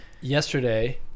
Yesterday